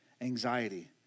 anxiety